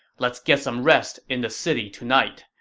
let's get some rest in the city tonight.